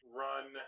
run